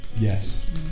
yes